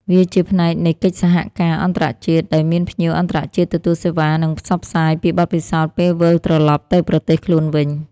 វាជាផ្នែកនៃកិច្ចសហការណ៍អន្តរជាតិ ដោយមានភ្ញៀវអន្តរជាតិទទួលសេវានិងផ្សព្វផ្សាយពីបទពិសោធន៍ពេលវិលត្រឡប់ទៅប្រទេសខ្លួនវិញ។